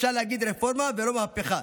אפשר להגיד "רפורמה" ולא "מהפכה",